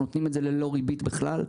אנחנו נותנים את זה ללא ריבית בכלל.